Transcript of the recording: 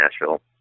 Nashville